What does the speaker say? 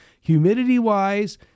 Humidity-wise